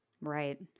Right